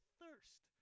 thirst